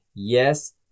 Yes